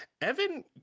Evan